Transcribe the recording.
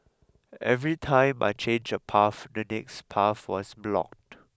every time I changed a path the next path was blocked